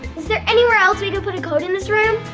is there anywhere else we can put a code in this room?